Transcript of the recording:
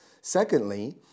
Secondly